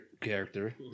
character